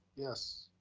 yes.